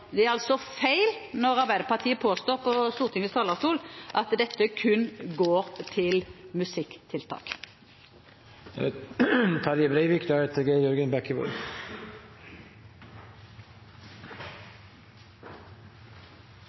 Det er altså feil når Arbeiderpartiet påstår fra Stortingets talerstol at dette kun går til musikktiltak.